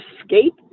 escape